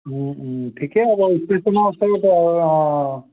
ঠিকে হ'ব ষ্টেশ্যনৰ ওচৰতে আৰু অঁ অঁ